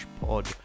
pod